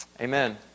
amen